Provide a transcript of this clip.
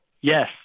yes